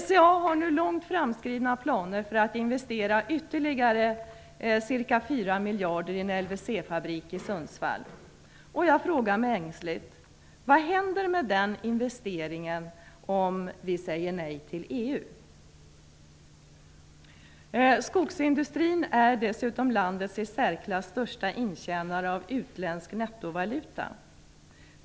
SCA har nu långt framskridna planer på att investera ytterligare ca 4 miljarder i en LWC-fabrik i Sundsvall. Jag frågar mig ängsligt: Vad händer med den investeringen, om vi säger nej till EU? Skogsindustrin är dessutom landets i särklass största intjänare av utländsk nettovaluta.